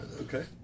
Okay